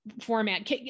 format